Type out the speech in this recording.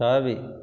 தாவி